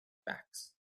backs